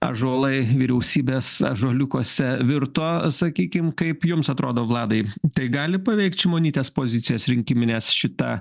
ąžuolai vyriausybės ąžuoliukuose virto sakykim kaip jums atrodo vladai tai gali paveikt šimonytės pozicijas rinkimines šita